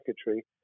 secretary